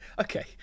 Okay